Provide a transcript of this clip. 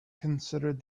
considered